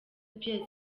pierre